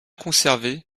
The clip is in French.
conservé